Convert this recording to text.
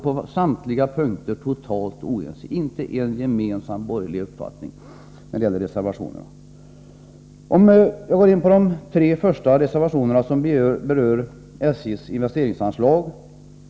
På samtliga punkter är man alltså totalt oense. De tre första reservationerna berör SJ:s investeringsanslag.